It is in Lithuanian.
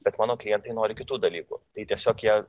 bet mano klientai nori kitų dalykų tai tiesiog jie